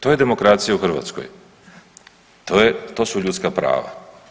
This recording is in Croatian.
To je demokracija u Hrvatskoj, to su ljudska prava.